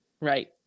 Right